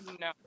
No